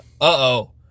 uh-oh